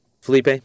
Felipe